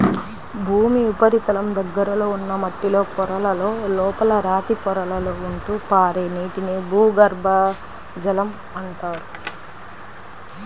భూమి ఉపరితలం దగ్గరలో ఉన్న మట్టిలో పొరలలో, లోపల రాతి పొరలలో ఉంటూ పారే నీటిని భూగర్భ జలం అంటారు